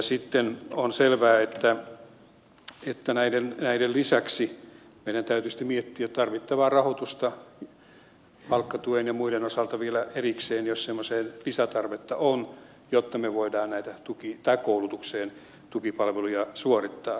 sitten on selvää että näiden lisäksi meidän täytyy sitten miettiä tarvittavaa rahoitusta palkkatuen ja muiden osalta vielä erikseen jos semmoiseen lisätarvetta on tai koulutukseen jotta me voimme näitä tukipalveluja suorittaa